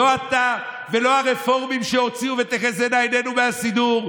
לא אתה ולא הרפורמים שהוציאו את "ותחזינה עינינו" מהסידור,